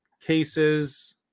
cases